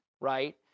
Right